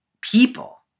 people